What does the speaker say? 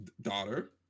daughter